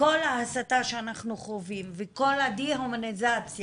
כל ההסתה שאנחנו חווים וכל הדה-הומניזציה